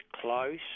close